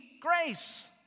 grace